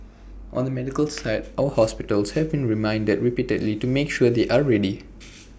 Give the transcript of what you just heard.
on the medical side our hospitals have been reminded repeatedly to make sure they are ready